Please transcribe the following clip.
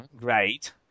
great